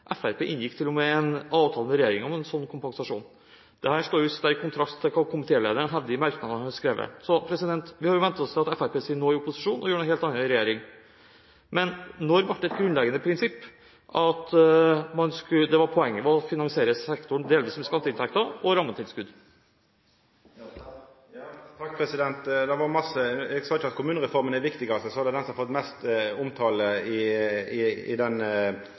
inngikk til og med en avtale med regjeringen om en slik kompensasjon. Dette står i sterk kontrast til hva komitélederen hevder i merknadene han har skrevet. Vi har vent oss til at Fremskrittspartiet sier noe i opposisjon og gjør noe helt annet i regjering. Når ble det et grunnleggende prinsipp at poenget var å finansiere sektoren delvis med skatteinntekter og rammetilskudd? Eg sa ikkje at kommunereforma er det viktigaste, eg sa at det er den som har fått mest omtale i denne kommuneproposisjonen. Det viktigaste er sjølvsagt at me set kommunane i